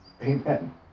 Amen